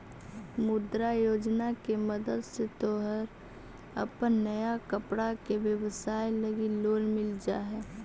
मुद्रा योजना के मदद से तोहर अपन नया कपड़ा के व्यवसाए लगी लोन मिल जा हई